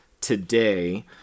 today